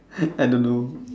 I don't know